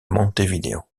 montevideo